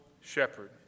shepherd